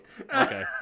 okay